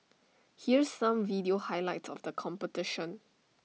here's some video highlight of the competition